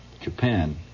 Japan